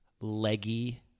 leggy